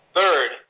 Third